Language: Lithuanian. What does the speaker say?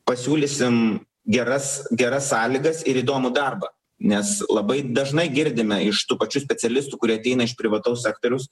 pasiūlysim geras geras sąlygas ir įdomų darbą nes labai dažnai girdime iš tų pačių specialistų kurie ateina iš privataus sektoriaus